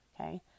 Okay